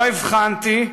לא הבחנתי,